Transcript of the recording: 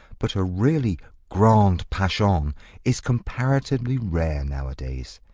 but a really grande passion is comparatively rare nowadays.